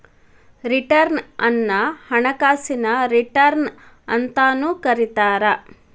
return ಅನ್ನ ಹಣಕಾಸಿನ return ಅಂತಾನೂ ಕರಿತಾರ